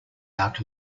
out